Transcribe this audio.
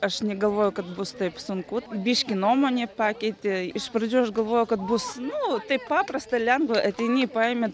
aš negalvojau kad bus taip sunku biškį nuomonė pakeitė iš pradžių aš galvojau kad bus nu taip paprasta lengva ateini paimi